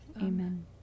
amen